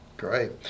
Great